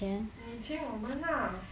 你请我们 lah